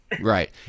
Right